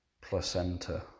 placenta